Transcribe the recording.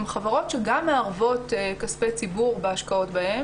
חברות שגם מערבות כספי ציבור בהשקעות בהן,